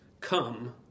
Come